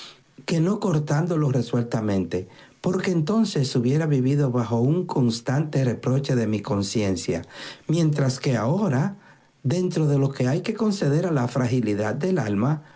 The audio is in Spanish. que no cortándolo resueltamente porque entonces hubiera vivido bajo un constante reproche de mi conciencia mientras que ahora dentro de lo que hay que conceder a la fragilidad del alma